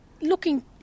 looking